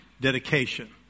dedication